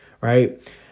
right